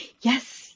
yes